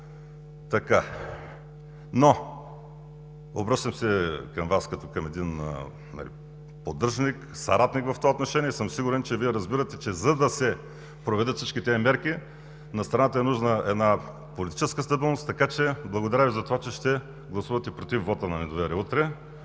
Обръщам се към Вас като към един поддръжник, съратник в това отношение и съм сигурен, че Вие разбирате, че за да се проведат всички тези мерки, на страната е нужна политическа стабилност. Благодаря Ви за това, че ще гласувате против вота на недоверие утре,